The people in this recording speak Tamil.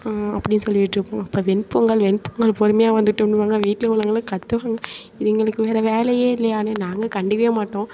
அப்படின் சொல்லிக்கிட்டிருப்போம் அப்போ வெண்பொங்கல் வெண்பொங்கல் பொறுமையாக வந்துட்டுன்னுவாங்க வீட்டில் உள்ளவங்கள்லாம் கத்துவாங்க இதுங்களுக்கு வேறே வேலையே இல்லையான்னு நாங்கள் கண்டுக்கவே மாட்டோம்